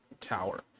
tower